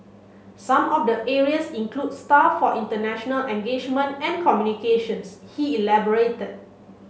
some of the areas include staff for international engagement and communications he elaborated